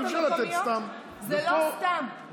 אי-אפשר לתת סתם, ופה, זה לא סתם.